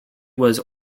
was